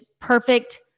perfect